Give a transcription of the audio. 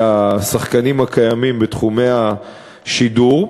השחקנים הקיימים בתחומי השידור,